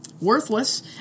worthless